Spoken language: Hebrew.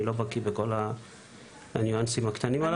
אני לא בקיא בכל הפרטים הקטנים.